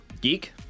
Geek